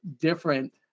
different